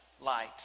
light